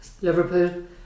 Liverpool